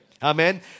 Amen